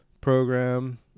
program